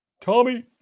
Tommy